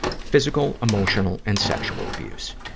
physical, emotional, and sexual abuse.